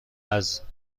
ازم